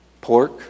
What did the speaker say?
pork